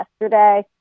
yesterday